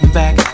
back